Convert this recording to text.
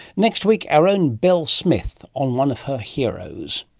next week our own bel smith on one of her heroes.